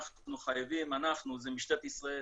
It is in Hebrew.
אנחנו זה משטרת ישראל,